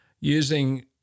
using